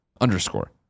underscore